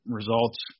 results